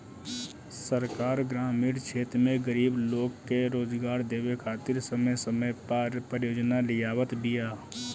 सरकार ग्रामीण क्षेत्र में गरीब लोग के रोजगार देवे खातिर समय समय पअ परियोजना लियावत बिया